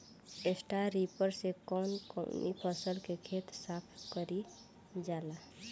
Straw reaper से कवन कवनी फसल के खेत साफ कयील जाला?